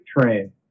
train